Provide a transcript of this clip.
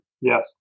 Yes